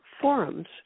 forums